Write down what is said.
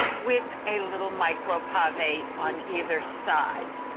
with a little micro path a on either side.